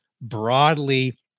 broadly